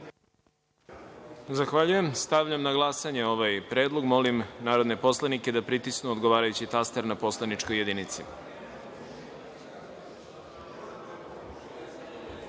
Milojičiću. Stavljam na glasanje ovaj predlog. Molim narodne poslanike da pritisnu odgovarajući taster na poslaničkoj